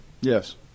Yes